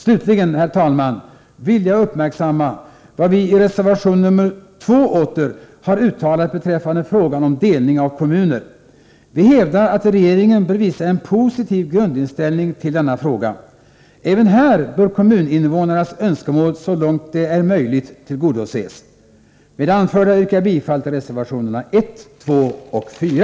Slutligen, herr talman, vill jag påpeka vad vi i reservation nr 2 har uttalat beträffande frågan om delning av kommuner. Vi hävdar att regeringen bör visa en positiv grundinställning i denna fråga. Även här bör kommuninnevånarnas önskemål tillgodoses så långt det är möjligt. Med det anförda yrkar jag bifall till reservationerna 1, 2 och 4.